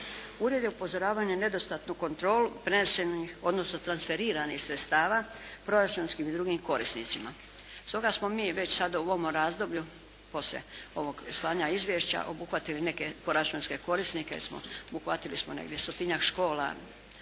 Ured je upozoravao na nedostatnu kontrolu prenesenih odnosno transferiranih sredstava proračunskim i drugim korisnicima stoga smo mi već sada u ovom razdoblju poslije ovog slanja izvješća obuhvatili neke proračunske korisnike. Uhvatili smo negdje stotinjak škola,